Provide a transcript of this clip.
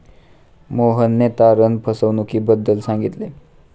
मोहनने तारण फसवणुकीबद्दल सांगितले